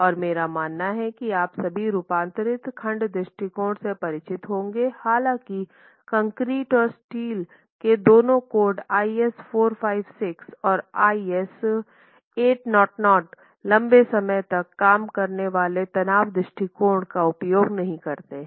और मेरा मानना है कि आप सभी रूपांतरित खंड दृष्टिकोण से परिचित होंगे हालांकि कंक्रीट और स्टील के दोनों कोड IS 456 और IS 800 लंबे समय तक काम करने वाले तनाव दृष्टिकोण का उपयोग नहीं करते हैं